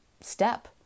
step